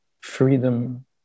freedom